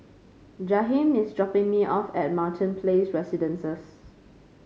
Jaheim is dropping me off at Martin Place Residences